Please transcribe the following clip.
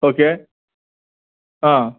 okay